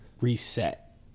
reset